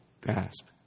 grasp